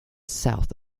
south